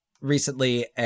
recently